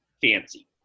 fancy